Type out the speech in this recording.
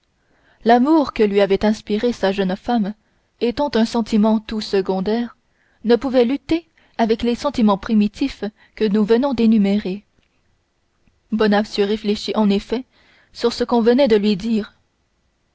l'amour que lui avait inspiré sa jeune femme étant un sentiment tout secondaire ne pouvait lutter avec les sentiments primitifs que nous venons d'énumérer bonacieux réfléchit en effet sur ce qu'on venait de lui dire